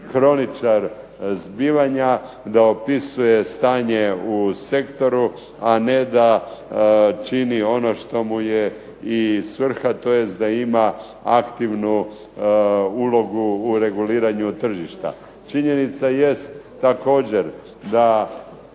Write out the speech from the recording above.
kroničar zbivanja, da opisuje stanje u sektoru, a ne da čini ono što mu je svrha tj. da ima aktivnu ulogu u reguliranju tržišta. Činjenica jest također da